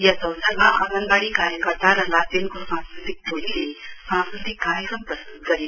यस अवसरमा आँगनवाड़ी कार्यकर्ता र लाचेनको सांस्कृतिक टोलीले सांस्कृतिक कार्यक्रम प्रस्तृत गर्यो